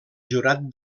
jurat